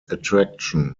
attraction